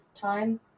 time